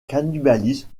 cannibalisme